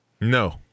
no